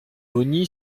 bogny